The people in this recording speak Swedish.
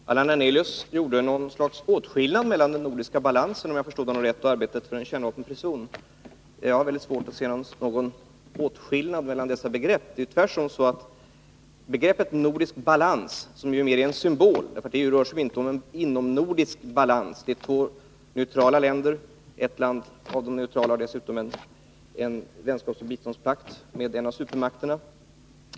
Herr talman! Allan Hernelius gjorde — om jag förstod honom rätt — något slags åtskillnad mellan den nordiska balansen och arbetet för en kärnvapenfri zon i Norden. Jag har svårt att göra en sådan åtskillnad mellan dessa begrepp. Begreppet nordisk balans är mera en symbol. Det rör sig ju inte om någon inomnordisk balans. Det är fråga om två neutrala länder, och ett land av de neutrala har dessutom en vänskapsoch biståndspakt med en av supermakterna.